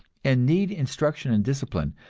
and need instruction and discipline,